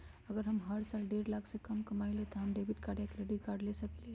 अगर हम हर साल डेढ़ लाख से कम कमावईले त का हम डेबिट कार्ड या क्रेडिट कार्ड ले सकली ह?